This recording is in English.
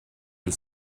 and